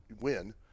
win